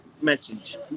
message